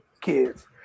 kids